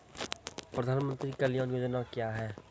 प्रधानमंत्री कल्याण योजना क्या हैं?